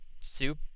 soup